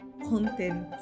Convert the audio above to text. content